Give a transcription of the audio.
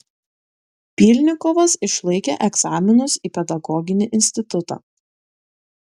pylnikovas išlaikė egzaminus į pedagoginį institutą